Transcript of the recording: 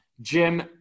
Jim